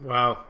Wow